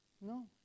No